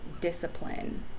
discipline